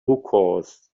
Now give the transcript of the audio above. hookahs